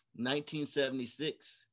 1976